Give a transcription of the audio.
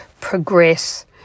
progress